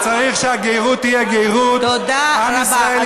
וצריך שהגרות תהיה גרות, תודה רבה.